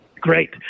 Great